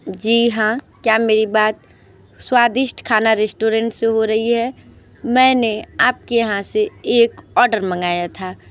जी हाँ क्या मेरी बात स्वादिष्ट खाना रेस्टोरेंट से हो रही है मैंने आपके यहाँ से एक ऑर्डर मंगाया था